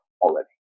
already